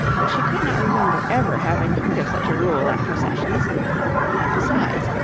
but she could not remember ever having heard of such a rule at processions and besides,